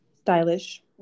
stylish